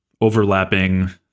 overlapping